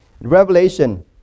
Revelation